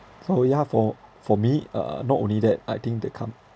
so yeah for for me uh not only that I think the com~